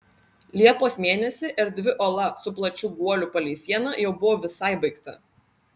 liepos mėnesį erdvi ola su plačiu guoliu palei sieną jau buvo visai baigta